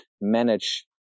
manage